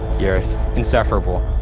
you're insufferable.